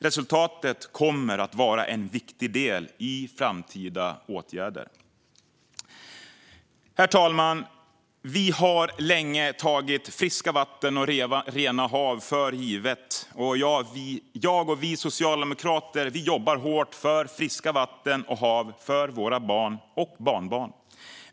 Resultaten kommer att vara en viktig del i framtida åtgärder. Herr talman! Vi har länge tagit friska vatten och rena hav för givna. Jag och vi socialdemokrater jobbar hårt för friska vatten och hav för våra barn och barnbarn.